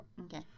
Okay